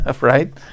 right